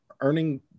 earning